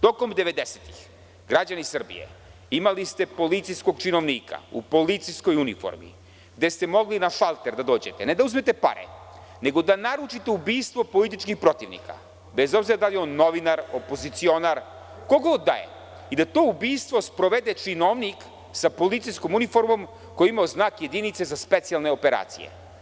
Tokom devedesetih, građani Srbije, imali ste policijskog činovnika u policijskoj uniformi, gde ste mogli na šalter da dođete, ne da uzmete pare, nego da naručite ubistvo političkih protivnika, bez obzira da li je on novinar, opozicionar, ko god da je i da to ubistvo sprovede činovnik sa policijskom uniformom, koji je imao znak jedince za specijalne operacije.